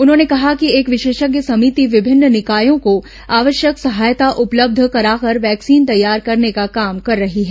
उन्होंने कहा कि एक विशेषज्ञ समिति विभिन्न निकायों को आवश्यक सहायता उपलब्ध कराकर वैक्सीन तैयार करने का काम कर रही है